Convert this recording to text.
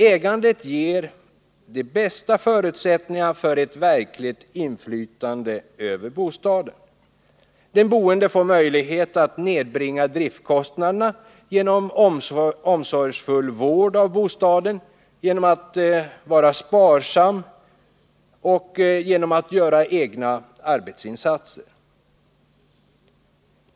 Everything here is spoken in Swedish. Ägandet ger de bästa förutsättningarna för ett verkligt inflytande över bostaden. Den boende får möjlighet att nedbringa driftskostnaderna genom omsorgsfull vård av bostaden, samt genom sparsamhet och egna arbetsinsatser.